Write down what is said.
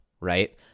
right